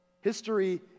History